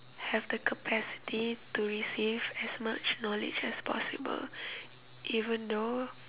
have the capacity to receive as much knowledge as much as possible even though